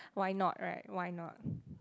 why not right why not